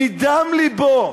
מדם לבו